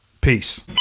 Peace